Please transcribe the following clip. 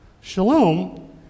Shalom